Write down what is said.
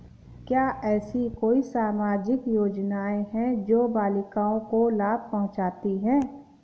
क्या ऐसी कोई सामाजिक योजनाएँ हैं जो बालिकाओं को लाभ पहुँचाती हैं?